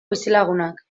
bizilagunak